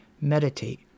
meditate